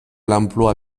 l’emploi